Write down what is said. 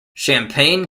champaign